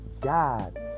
God